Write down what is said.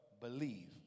Believe